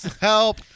Help